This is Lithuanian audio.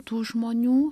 tų žmonių